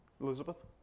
Elizabeth